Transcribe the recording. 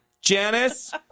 Janice